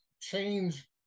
change